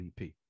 EP